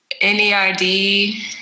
N-E-R-D